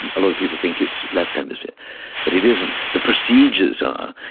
and a lot of people think it's left hemisphere but it isn't. the procedures are.